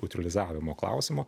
utilizavimo klausimo